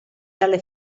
dalle